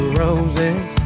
roses